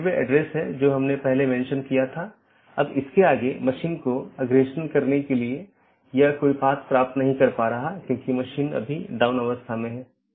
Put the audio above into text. यहां R4 एक स्रोत है और गंतव्य नेटवर्क N1 है इसके आलावा AS3 AS2 और AS1 है और फिर अगला राउटर 3 है